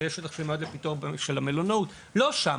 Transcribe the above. לא שם,